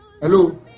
Hello